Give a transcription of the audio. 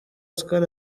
oscar